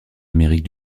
amérique